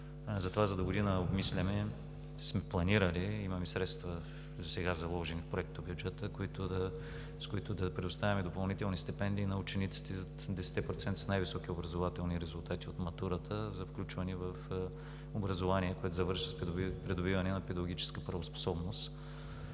Затова за догодина обмисляме и сме планирали – имаме средства, засега заложени в проектобюджета, с които да предоставим допълнителни стипендии на учениците – с 10-те процента с най-високи образователни резултати от матурата, за включване в образование за придобиване на педагогическа правоспособност,